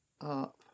up